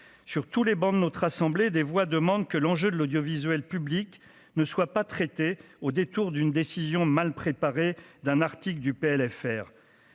sur tous les bancs de notre assemblée des voix demandent que l'enjeu de l'audiovisuel public ne soit pas au détour d'une décision mal préparée d'un article du PLFR